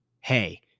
Hey